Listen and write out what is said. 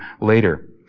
later